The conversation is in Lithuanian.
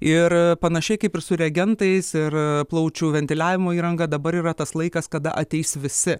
ir panašiai kaip ir su reagentais ir plaučių ventiliavimo įranga dabar yra tas laikas kada ateis visi